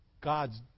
God's